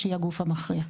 שהיא הגוף המכריע.